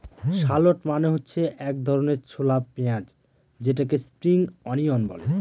shallot মানে হচ্ছে এক ধরনের ছোলা পেঁয়াজ যেটাকে স্প্রিং অনিয়ন বলে